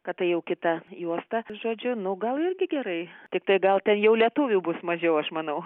kad tai jau kita juosta žodžiu nu gal irgi gerai tiktai gal ten jau lietuvių bus mažiau aš manau